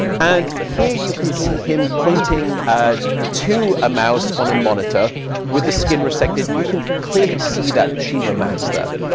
and here you can see him pointing to a mouse on a monitor with the skin resected, and you can clearly see that tumor mass there.